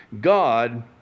God